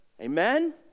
Amen